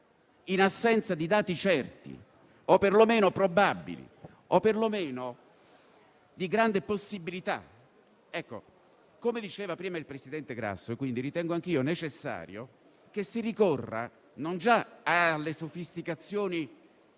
in assenza di dati certi o perlomeno probabili o perlomeno di grande possibilità. Come ha affermato prima il presidente Grasso, ritengo anch'io necessario che si ricorra non già alle sofisticazioni